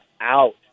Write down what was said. out